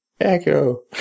echo